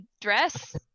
dress